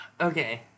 Okay